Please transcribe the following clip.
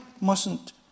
mustn't